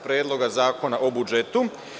Predloga zakona o budžetu.